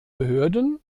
behörden